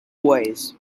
ways